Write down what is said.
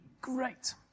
great